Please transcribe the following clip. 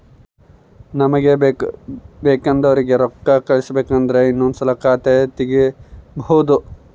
ನಮಗೆ ಬೇಕೆಂದೋರಿಗೆ ರೋಕ್ಕಾ ಕಳಿಸಬೇಕು ಅಂದ್ರೆ ಇನ್ನೊಂದ್ಸಲ ಖಾತೆ ತಿಗಿಬಹ್ದ್ನೋಡು